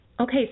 Okay